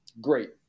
Great